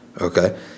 Okay